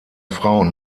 frauen